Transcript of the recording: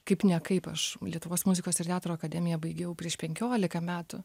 kaip ne kaip aš lietuvos muzikos ir teatro akademiją baigiau prieš penkioliką metų